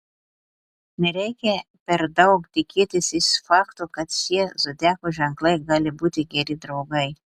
nereikia per daug tikėtis iš fakto kad šie zodiako ženklai gali būti geri draugai